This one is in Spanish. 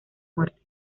muerte